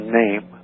name